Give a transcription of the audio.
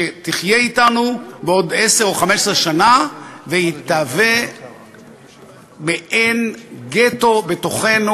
שיחיה אתנו בעוד עשר או 15 שנה ויהווה מעין גטו בתוכנו,